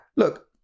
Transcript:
Look